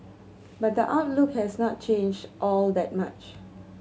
but the outlook has not changed all that much